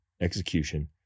execution